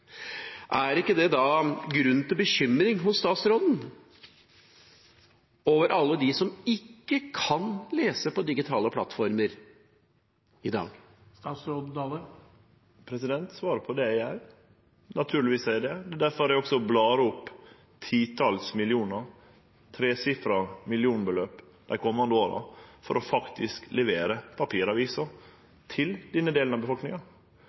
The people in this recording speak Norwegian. det ikke da grunn til bekymring hos statsråden for alle dem som ikke kan lese på digitale plattformer i dag? Svaret på det er at naturlegvis er det det, men difor blar eg også opp titals millionar, eit tresifra millionbeløp, dei komande åra for faktisk å levere papiravisa til denne delen av befolkninga.